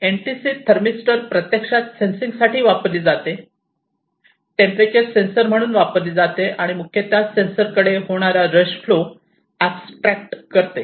NTC thermistor प्रत्यक्षात sensing साठी वापरली जाते टेंपरेचर सेंसर म्हणून वापरली जाते आणि मुख्यत सेन्सर कडे होणारा रश फ्लो ऍबस्ट्रॅक्ट करते